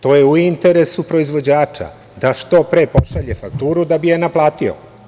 To je u interesu proizvođača, da što pre pošalje fakturu da bi je naplatio.